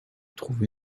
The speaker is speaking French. trouvé